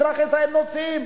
אזרחי ישראל נוסעים.